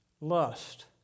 Lust